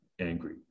angry